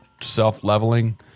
self-leveling